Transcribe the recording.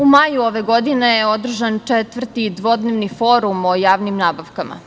U maju ove godine je održan Četvrti dvodnevni forum o javnim nabavkama.